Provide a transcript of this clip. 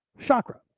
chakra